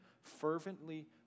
fervently